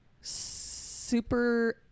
super